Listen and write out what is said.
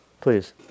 please